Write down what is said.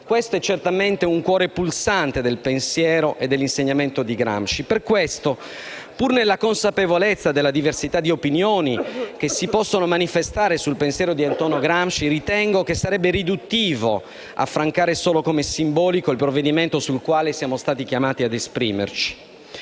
Questo è certamente un cuore pulsante del pensiero e dell'insegnamento di Gramsci. Per questo, pur nella consapevolezza della diversità di opinioni che si possono manifestare sul pensiero di Antonio Gramsci, ritengo che sarebbe riduttivo affrancare solo come simbolico il provvedimento sul quale siamo stati chiamati a esprimerci.